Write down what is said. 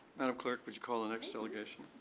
madam clerk, would you call the next delegation.